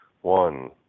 one